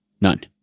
None